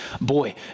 boy